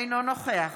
אינו נוכח